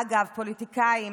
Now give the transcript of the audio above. אגב, פוליטיקאים,